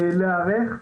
להיערך.